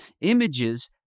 Images